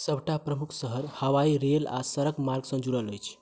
सभटा प्रमुख शहर हवाई रेल आ सड़क मार्गसँ जुड़ल अछि